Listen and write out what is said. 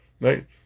Right